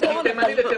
לך אני אומר.